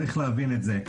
צריך להבין את זה.